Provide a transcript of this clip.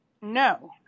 no